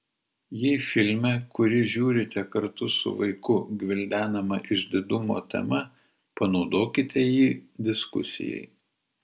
jei filme kurį žiūrite kartu su vaiku gvildenama išdidumo tema panaudokite jį diskusijai